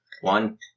One